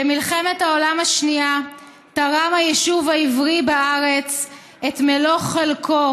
"במלחמת העולם השנייה תרם היישוב העברי בארץ את מלוא חלקו